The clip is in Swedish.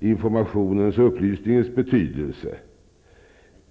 informationens och upplysningens betydelse.